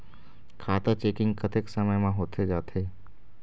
खाता चेकिंग कतेक समय म होथे जाथे?